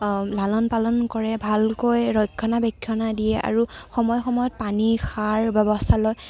লালন পালন কৰে ভালকৈ ৰক্ষণাবেক্ষণ দিয়ে আৰু সময়ে সময়ে পানী সাৰৰ ব্যৱস্থা লয়